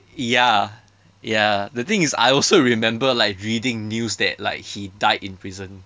ya ya the thing is I also remember like reading news that like he died in prison